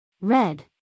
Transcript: Red